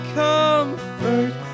comfort